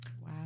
Wow